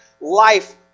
life